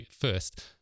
first